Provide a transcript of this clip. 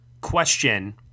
question